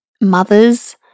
mothers